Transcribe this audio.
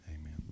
Amen